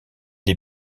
des